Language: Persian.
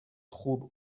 خوب